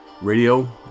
radio